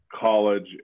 college